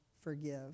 forgive